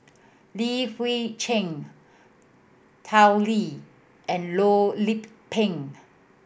Li Hui Cheng Tao Li and Loh Lik Peng